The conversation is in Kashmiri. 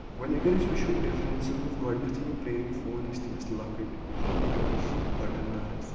وۄنۍ اَگر أسۍ وٕچھو ڈِفرنسن ہٕنز گۄڈٕنیتھٕے یِم پرٲنۍ فون ٲسۍ تِم ٲسۍ لۄکٕٹۍ ہلکہٕ ٲسۍ بَٹن دار ٲسۍ